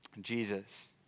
Jesus